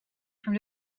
from